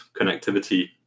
connectivity